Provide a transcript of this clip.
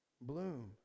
bloom